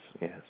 yes